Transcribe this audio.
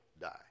die